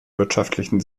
wirtschaftlichen